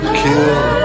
kill